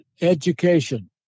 education